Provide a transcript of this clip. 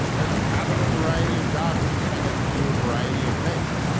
and having a variety of jobs means i get to do a variety of things.